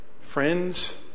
Friends